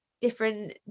different